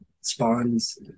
Spawns